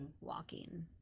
walking